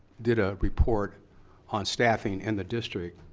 did a report on staffing in the district.